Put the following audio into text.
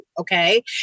okay